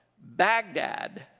Baghdad